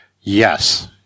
yes